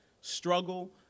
struggle